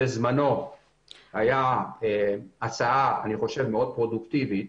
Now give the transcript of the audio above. בזמנו הייתה הצעה פרודוקטיבית